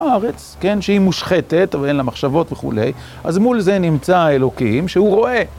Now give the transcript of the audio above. הארץ, כן, שהיא מושחתת, אבל אין לה מחשבות וכולי, אז מול זה נמצא האלוקים, שהוא רואה...